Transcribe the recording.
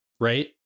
right